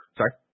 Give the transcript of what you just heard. sorry